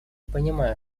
понимаю